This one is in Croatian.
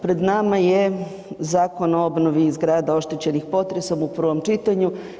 Pred nama je Zakon o obnovi zgrada oštećenih potresom u prvom čitanju.